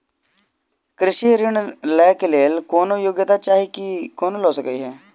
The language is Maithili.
कृषि ऋण लय केँ लेल कोनों योग्यता चाहि की कोनो लय सकै है?